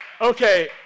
Okay